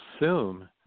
assume